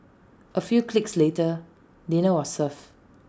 A few clicks later dinner was served